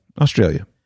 Australia